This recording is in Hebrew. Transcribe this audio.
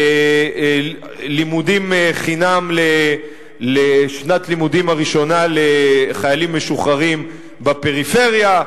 לימודים חינם לשנת הלימודים הראשונה לחיילים משוחררים בפריפריה,